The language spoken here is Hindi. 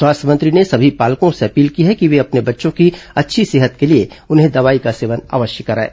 स्वास्थ्य मंत्री ने सभी पालको से अपील की है कि वे अपने बच्चों की अच्छी सेहत के लिए उन्हें दवाई का सेवन अवश्य कराएं